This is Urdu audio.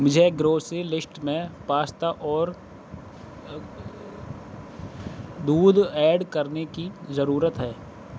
مجھے گروسری لسٹ میں پاستا اور دودھ ایڈ کرنے کی ضرورت ہے